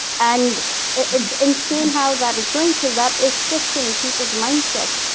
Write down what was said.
and it's insane how that is going, cause that is shifting people's mindsets